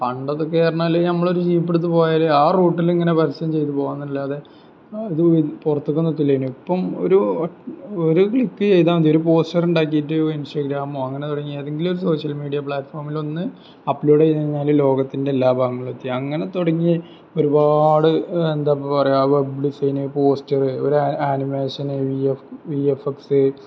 പണ്ടൊക്കെ എന്ന് പറഞ്ഞാൽ നമ്മൾ ഒരു ജീപ്പെടുത്ത് പോയാൽ ആ റൂട്ടിലിങ്ങനെ പരസ്യം ചെയ്ത് പോകാമെന്നല്ലാതെ ഇത് പുറത്തെക്കൊന്നും എത്തില്ലായിരുന്നു ഇപ്പം ഒരു ഒരു ക്ലിക്ക് ചെയ്താൽ മതി ഒരു പോസ്റ്ററുണ്ടാക്കിയി ട്ട് ഇൻസ്റ്റഗ്രാമോ അങ്ങനെ തുടങ്ങി ഏതെങ്കിലും ഒരു സോഷ്യൽ മീഡ്യാ പ്ലാറ്റ്ഫോമിൽ ഒന്ന് അപ്ലോഡ് ചെയ്ത് കഴിഞ്ഞാൽ ലോകത്തിൻ്റെ എല്ലാ ഭാഗങ്ങളിലുമെത്തി അങ്ങനെ തുടങ്ങി ഒരുപാട് എന്താപ്പൊ പറയുക വെബ് ഡിസൈന് പോസ്റ്ററ് ഒരു ആനിമേഷൻ വീ എഫ് എക്സ്